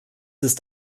ist